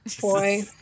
Boy